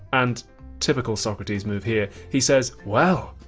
and typical socrates move here, he says well,